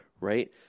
right